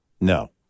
no